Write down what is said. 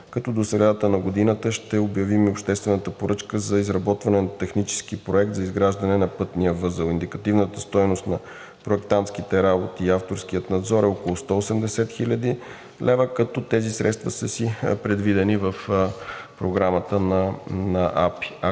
като до средата на годината ще обявим и обществената поръчка за изработване на технически проект за изграждане на пътния възел. Индикативната стойност на проектантските работи и авторския надзор е около 180 хил. лв., като тези средства са си предвидени в Програмата на АПИ.